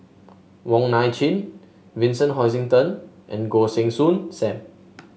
Wong Nai Chin Vincent Hoisington and Goh Heng Soon Sam